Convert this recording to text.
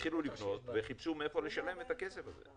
התחילו לבנות וחיפשו מאיפה לשלם את הכסף הזה.